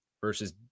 versus